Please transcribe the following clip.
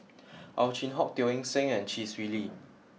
Ow Chin Hock Teo Eng Seng and Chee Swee Lee